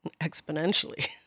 Exponentially